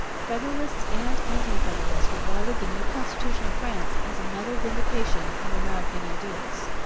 federalists and anti-federalists regarded the new constitution of france as another vindication of american ideals.